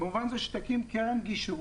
במובן הזה שתקים קרן גישור